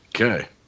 Okay